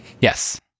Yes